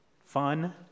fun